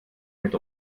mit